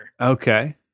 Okay